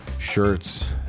shirts